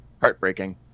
heartbreaking